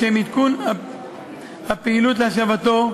לשם עדכון הפעילות להשבתו,